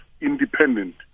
independent